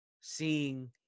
seeing